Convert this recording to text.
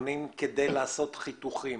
כדי לעשות חיתוכים.